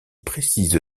précise